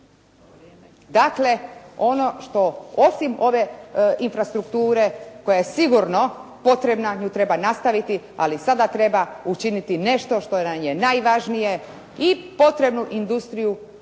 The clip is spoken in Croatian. Dakle ono što osim ove infrastrukture koja je sigurno potrebna, nju treba nastaviti, ali sada treba učiniti nešto što nam je najvažnije i potrebnu industriju adekvatnu